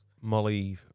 Molly